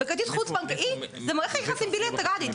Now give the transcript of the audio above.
וכרטיס חוץ בנקאי זה מערכת יחסים בילטרלית.